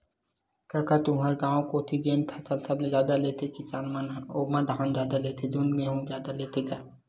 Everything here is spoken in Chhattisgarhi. कका तुँहर गाँव कोती जेन फसल सबले जादा लेथे किसान मन ह ओमा धान जादा लेथे धुन गहूँ जादा लेथे गा?